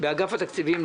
באגף התקציבים,